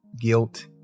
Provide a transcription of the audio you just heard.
guilt